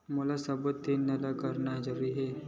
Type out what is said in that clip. मोला सबो ऋण ला करना जरूरी हे?